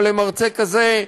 או למרצה כזה,